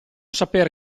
saper